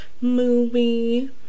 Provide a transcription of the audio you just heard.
movie